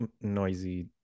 noisy